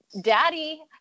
daddy